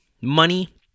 Money